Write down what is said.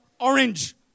orange